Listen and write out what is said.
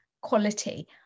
quality